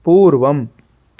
पूर्वम्